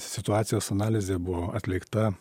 situacijos analizė buvo atlikta